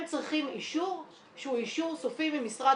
הם צריכים אישור שהוא אישור סופי ממשרד